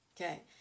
Okay